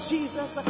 Jesus